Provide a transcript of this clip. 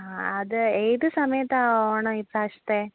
ആ അത് ഏത് സമയത്താണ് ഓണം ഇപ്രാവശ്യത്തെ